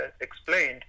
explained